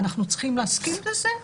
אנחנו צריכים להסכים לזה?